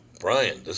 Brian